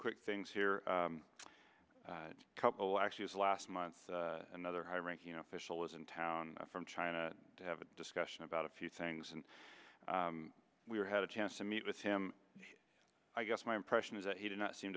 quick things here a couple actually is last month another high ranking official is in town from china to have a discussion about a few things and we were had a chance to meet with him i guess my impression is that he did not seem